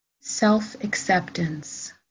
self-acceptance